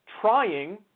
trying